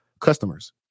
customers